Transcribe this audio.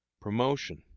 promotion